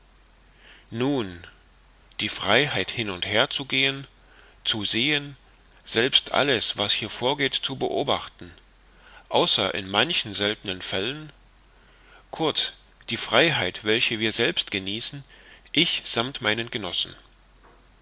nun die freiheit hin und her zu gehen zu sehen selbst alles was hier vorgeht zu beobachten außer in manchen seltenen fällen kurz die freiheit welche wir selbst genießen ich sammt meinen genossen